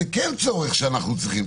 זה כן צורך שאנחנו צריכים.